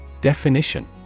Definition